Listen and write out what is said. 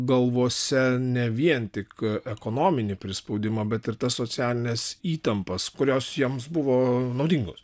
galvose ne vien tik ekonominį prispaudimą bet ir tas socialines įtampas kurios jiems buvo naudingos